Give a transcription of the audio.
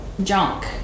junk